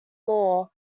law